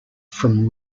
from